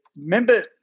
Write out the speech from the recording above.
remember